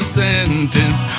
sentence